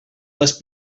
les